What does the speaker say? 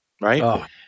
right